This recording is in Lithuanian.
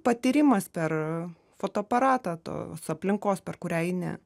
patyrimas per fotoaparatą tos aplinkos per kurią eini